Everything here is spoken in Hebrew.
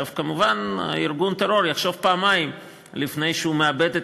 מובן שארגון הטרור יחשוב פעמיים לפני שהוא מאבד את